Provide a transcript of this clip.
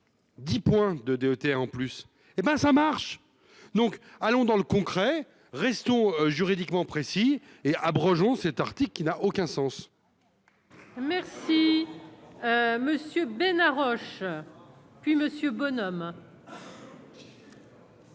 10 points de d'ETA en plus hé ben ça marche donc allons dans le concret, resto juridiquement précis et abrogeant cet article qui n'a aucun sens. Merci Monsieur Bénard Roche puis Monsieur Bonhomme.